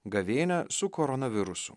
gavėnia su koronavirusu